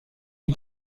die